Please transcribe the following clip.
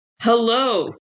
Hello